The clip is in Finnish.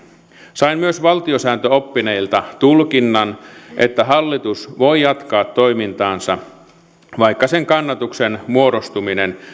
sain myös valtiosääntöoppineilta tulkinnan että hallitus voi jatkaa toimintaansa vaikka sen kannatuksen muodostuminen